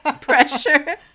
pressure